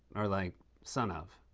or like son of?